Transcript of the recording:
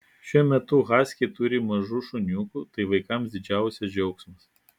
šiuo metu haskiai turi mažų šuniukų tai vaikams didžiausias džiaugsmas